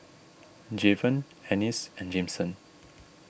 Javen Ennis and Jameson